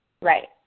Right